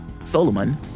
Solomon